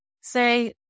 say